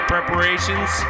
Preparations